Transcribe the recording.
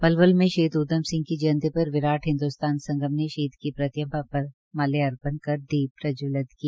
पलवल मे शहीद उद्यम सिंह की जंयती पर विराट हिंदोस्तान संगम ने शहीद की प्रतिमा पर माल्यार्पण कर दीप प्रज्वलित किया